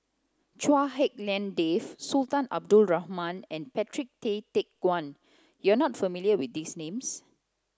Chua Hak Lien Dave Sultan Abdul Rahman and Patrick Tay Teck Guan you are not familiar with these names